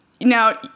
Now